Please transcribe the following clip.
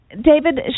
David